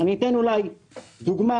זה תלוי בהחלטה שלהם.